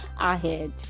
ahead